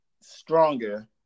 stronger